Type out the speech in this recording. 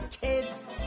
Kids